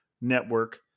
Network